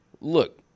Look